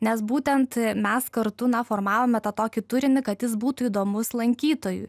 nes būtent mes kartu na formavome tą tokį turinį kad jis būtų įdomus lankytojui